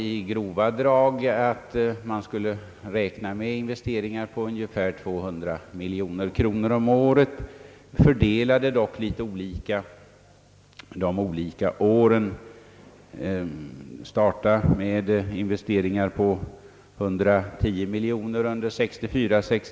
I grova drag räknade man med investeringar på ungefär 200 miljoner kronor om året, fördelade litet olika de olika åren. Man startade med investeringar på 110 miljoner under 1964/65.